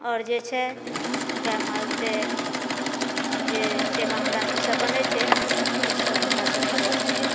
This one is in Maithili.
आओर जे छै गायमालके जे सेवा हमरा सबसँ बनैत छै ओसब हमरासब करैत छिऐ